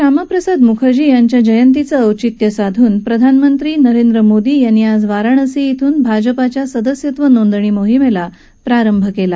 श्यामा प्रसाद मृखर्जी यांच्या जयंतीचं औचित्य साधून प्रधानमंत्री नरेंद्र मोदी यांनी आज वाराणसी ध्रिन भाजपाच्या सदस्यत्व नोंदणी मोहिमेला प्रारंभ केला